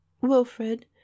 Wilfred